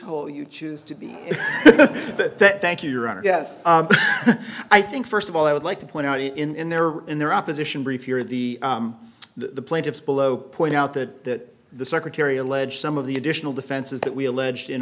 hole you choose to be that thank you your honor gets i think first of all i would like to point out in their in their opposition brief you're the the plaintiffs below point out that the secretary allege some of the additional defenses that we alleged in